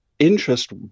interest